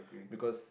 because